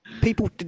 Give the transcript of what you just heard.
people